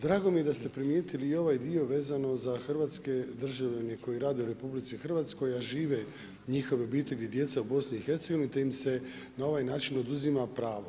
Drago mi je da ste primijetili i ovaj dio vezano za hrvatske državljane koji rade u RH a žive, njihove obitelji, djeca u BiH-a te im se na ovaj način oduzima pravo.